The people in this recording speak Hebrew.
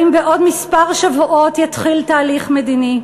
האם בעוד שבועות מספר יתחיל תהליך מדיני?